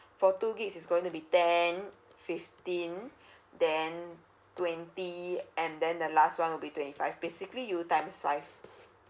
for two gig is going to be ten fifteen then twenty and then the last one will be twenty five basically you times five